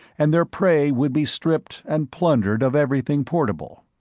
and their prey would be stripped and plundered of everything portable.